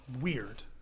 weird